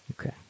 Okay